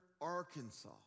Arkansas